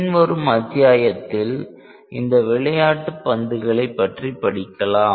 பின்வரும் அத்தியாயத்தில் இந்த விளையாட்டு பந்துகளை பற்றி படிக்கலாம்